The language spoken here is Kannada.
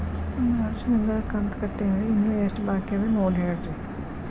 ಒಂದು ವರ್ಷದಿಂದ ಕಂತ ಕಟ್ಟೇನ್ರಿ ಇನ್ನು ಎಷ್ಟ ಬಾಕಿ ಅದ ನೋಡಿ ಹೇಳ್ರಿ